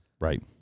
Right